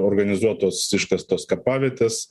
organizuotos iškastos kapavietės